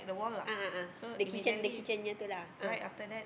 a'ah a'ah the kitchen the kitchen punya itu ah